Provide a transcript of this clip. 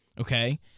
Okay